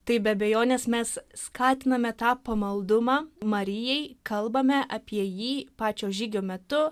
tai be abejonės mes skatiname tą pamaldumą marijai kalbame apie jį pačio žygio metu